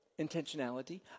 intentionality